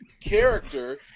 character